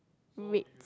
red